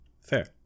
fair